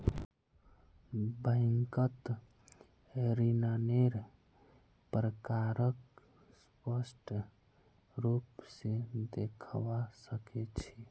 बैंकत ऋन्नेर प्रकारक स्पष्ट रूप से देखवा सके छी